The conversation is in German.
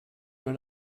man